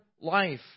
life